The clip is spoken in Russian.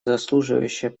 заслуживающее